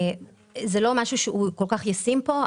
זה לא משהו שהוא כל כך ישים פה.